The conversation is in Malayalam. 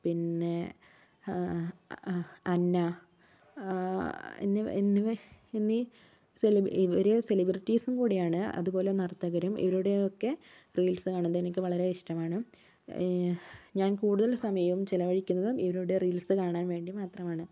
പിന്നെ അന്ന എന്നിവ എന്നിവ എന്നീ ഇവർ സെലിബ്രിറ്റീസും കൂടിയാണ് അതുപോലെ നർത്തകരും ഇവരുടെയൊക്കെ റീൽസ് കാണുന്നത് എനിക്ക് വളരെ ഇഷ്ടമാണ് ഞാൻ കൂടുതൽ സമയം ചിലവഴിക്കുന്നതും ഇവരുടെ റീൽസ് കാണാൻ വേണ്ടി മാത്രമാണ്